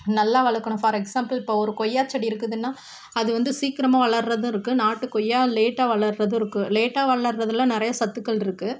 நல்லா வளர்க்கணும் for example இப்போ ஒரு கொய்யாச்செடி இருக்குதுன்னால் அது வந்து சீக்கிரமாக வளர்றதும் இருக்குது நாட்டுக்கொய்யா லேட்டாக வளர்றதும் இருக்கும் லேட்டாக வளர்றதில் நிறைய சத்துக்களிருக்கு